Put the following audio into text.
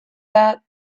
that